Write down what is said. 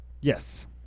Yes